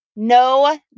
No